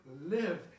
live